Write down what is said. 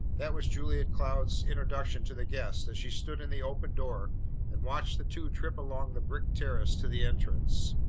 that was julia cloud's introduction to the guest as she stood in the open door and watched the two trip along the brick terrace to the entrance.